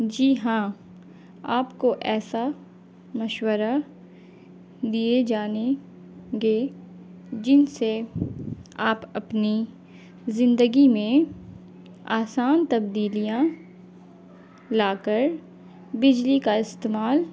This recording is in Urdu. جی ہاں آپ کو ایسا مشورہ دیے جائیں گے جن سے آپ اپنی زندگی میں آسان تبدیلیاں لا کر بجلی کا استعمال